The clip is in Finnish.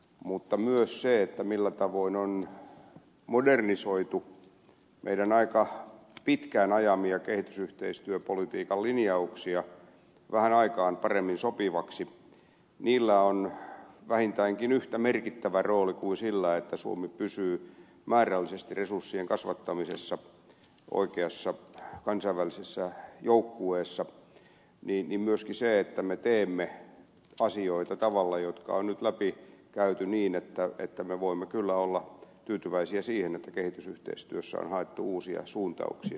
mutta myös sillä millä tavoin on modernisoitu meidän aika pitkään ajamiamme kehitysyhteistyöpolitiikan linjauksia vähän paremmin aikaan sopiviksi on vähintäänkin yhtä merkittävä rooli kuin sillä että suomi pysyy resurssien määrällisesti kasvattamisessa oikeassa kansainvälisessä joukkueessa samoin myöskin sillä että me teemme asioita sillä tavalla että ne on nyt läpikäyty niin että me voimme kyllä olla tyytyväisiä siihen että kehitysyhteistyössä on haettu uusia suuntauksia